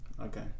okay